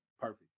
Perfect